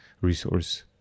resource